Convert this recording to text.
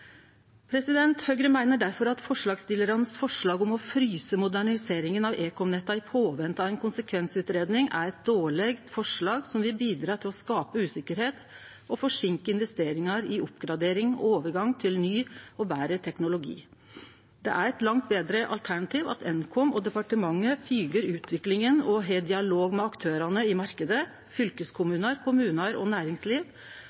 Høgre meiner difor at forslaga frå forslagsstillarane om å fryse moderniseringa av ekomnetta i påvente av ei konsekvensutgreiing er eit dårleg forslag, som vil bidra til å skape usikkerheit og forseinke investeringar i oppgradering og overgang til ny og betre teknologi. Eit langt betre alternativ er at Nkom og departementet følgjer utviklinga og har dialog med aktørane i